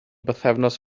bythefnos